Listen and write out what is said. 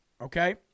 okay